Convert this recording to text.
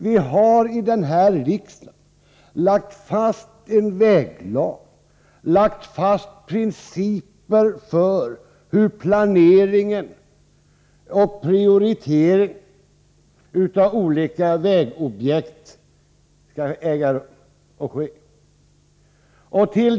Vi har här i riksdagen lagt fast en väglag och lagt fast principer för hur planeringen och prioriteringen av olika vägobjekt skall gå till.